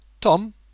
Tom